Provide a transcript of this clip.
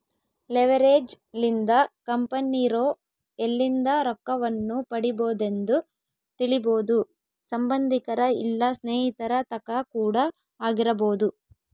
leverage ಲಿಂದ ಕಂಪೆನಿರೊ ಎಲ್ಲಿಂದ ರೊಕ್ಕವನ್ನು ಪಡಿಬೊದೆಂದು ತಿಳಿಬೊದು ಸಂಬಂದಿಕರ ಇಲ್ಲ ಸ್ನೇಹಿತರ ತಕ ಕೂಡ ಆಗಿರಬೊದು